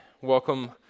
Welcome